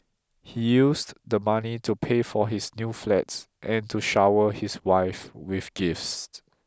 he used the money to pay for his new flats and to shower his wife with gifts